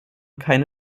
keine